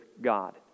God